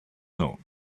know